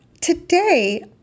Today